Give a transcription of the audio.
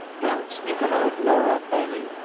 don't sniff at aunt lora, bailey,